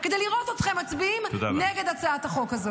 כדי לראות אתכם מצביעים נגד הצעת החוק הזאת.